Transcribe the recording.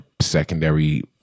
secondary